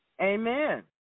Amen